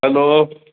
hello